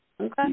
Okay